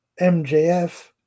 MJF